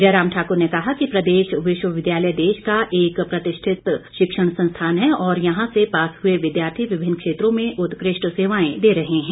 जय राम ठाकुर ने कहा कि प्रदेश विश्वविद्यालय देश का एक प्रतिष्ठित शिक्षण संस्थान है और यहां से पास हुए विद्यार्थी विभिन्न क्षेत्रों में उत्कृष्ठ सेवाएं दे रहे हैं